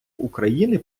україни